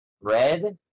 red